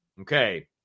okay